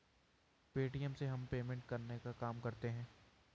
Paytm से हम payment करने का काम करते है